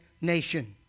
nation